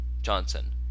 Johnson